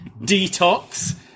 Detox